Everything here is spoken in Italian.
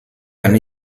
anni